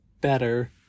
better